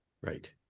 Right